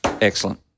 Excellent